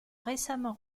récemment